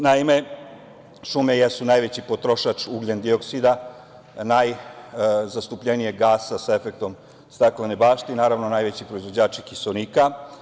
Naime, šume jesu najveći potrošač ugljen-dioksida, najzastupljenijeg gasa sa efektom staklene bašte i naravno najveći proizvođači kiseonika.